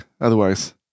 otherwise